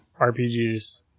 RPGs